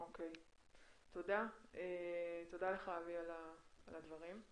תודה על הדברים.